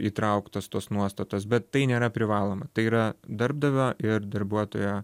įtrauktos tos nuostatos bet tai nėra privaloma tai yra darbdavio ir darbuotojo